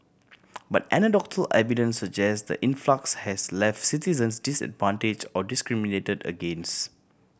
but anecdotal evidence suggests the influx has left citizens disadvantage or discriminated against